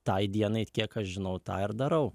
tai dienai kiek aš žinau tą ir darau